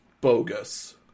bogus